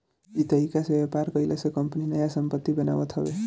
इ तरीका से व्यापार कईला से कंपनी नया संपत्ति बनावत हवे